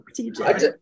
tj